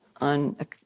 on